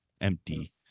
Empty